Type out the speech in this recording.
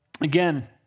again